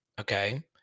okay